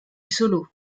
solo